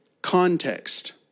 context